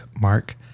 mark